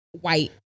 white